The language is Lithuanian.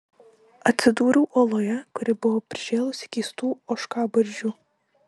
atsidūriau oloje kuri buvo prižėlusi keistų ožkabarzdžių